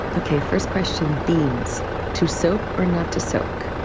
okay, first question, beans to soak or not to soak.